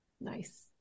nice